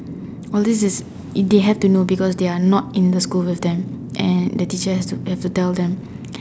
all this is they have to know because they are not in the school with them and the teacher has to tell them